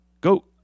Go